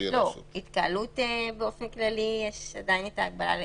התקהלות באופן כללי, יש אתה הגבלה.